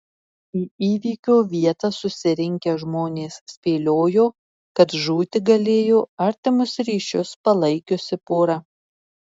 į įvykio vietą susirinkę žmonės spėliojo kad žūti galėjo artimus ryšius palaikiusi pora